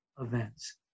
events